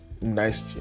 nice